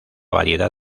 variedad